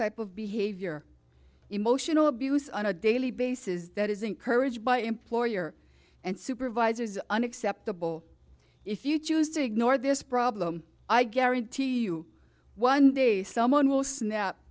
type of behavior emotional abuse on a daily bases that is encouraged by employer and supervisors unacceptable if you choose to ignore this problem i guarantee you one day someone will snap